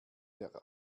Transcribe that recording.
der